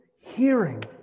hearing